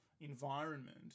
environment